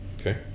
Okay